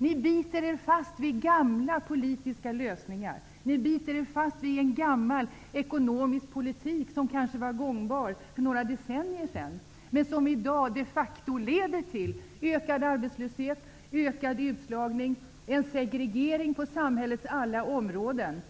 Ni biter er fast vid gamla politiska lösningar och vid en gammal ekonomisk politik, som kanske var gångbar för några decennier sedan, men som i dag de facto leder till ökad arbetslöshet, ökad utslagning och en segregering på samhällets alla områden.